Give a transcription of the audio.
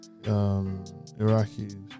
Iraqis